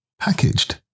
packaged